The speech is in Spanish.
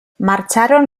marcharon